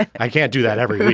i can't do that ever